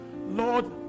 Lord